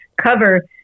cover